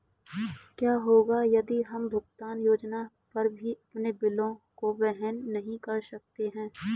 क्या होगा यदि हम भुगतान योजना पर भी अपने बिलों को वहन नहीं कर सकते हैं?